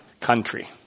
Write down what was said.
country